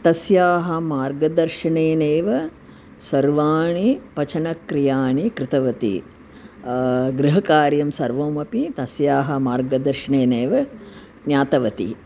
तस्याः मार्गदर्शनेनेव सर्वाणि पचनक्रियाणि कृतवती गृहकार्यं सर्वमपि तस्याः मार्गदर्शनेनेव ज्ञातवती